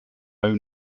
own